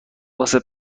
واسه